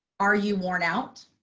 are you worn out?